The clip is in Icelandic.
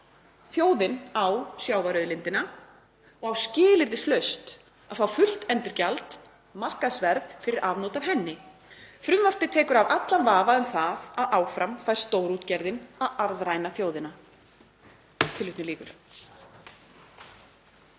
„Þjóðin á sjávarauðlindina og á skilyrðislaust að fá fullt endurgjald (markaðsverð) fyrir afnot af henni. Frumvarpið tekur af allan vafa um það að áfram fær stórútgerðin að arðræna þjóðina.“ SPEECH_END